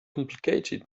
complicated